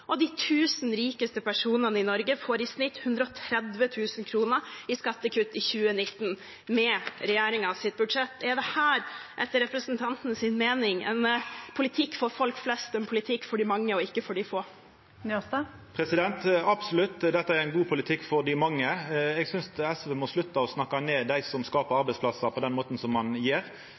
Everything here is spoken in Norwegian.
og de tusen rikeste personene i Norge får i snitt 130 000 kr i skattekutt i 2019 med regjeringens budsjett. Er dette, etter representantens mening, en politikk for folk flest – en politikk for de mange og ikke for de få? Absolutt – dette er god politikk for dei mange. Eg synest SV må slutta med å snakka ned dei som skapar arbeidsplassar, på den måten som